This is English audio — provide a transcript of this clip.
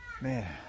Man